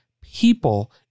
people